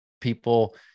people